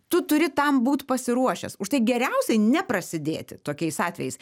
tu turi tam būt pasiruošęs už tai geriausiai neprasidėti tokiais atvejais